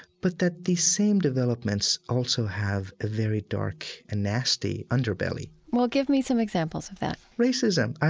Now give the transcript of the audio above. but that these same developments also have a very dark and nasty underbelly well, give me some examples of that racism.